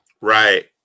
Right